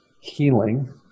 healing